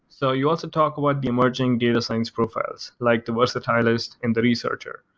so you also talk about the emerging data science profiles, like the versatilist and the researcher.